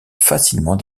facilement